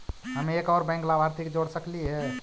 हम एक और बैंक लाभार्थी के जोड़ सकली हे?